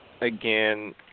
again